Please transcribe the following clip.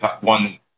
one